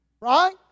Right